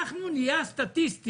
אנחנו נהיה הסטטיסטיים.